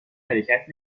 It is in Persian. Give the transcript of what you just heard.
حرکت